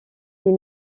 des